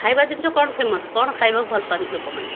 ଖାଇବା ଜିନିଷ କ'ଣ ଫେମସ୍ କ'ଣ ଖାଇବାକୁ ଭଲପାଆନ୍ତି ଲୋକମାନେ